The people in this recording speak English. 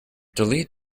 delete